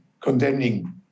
condemning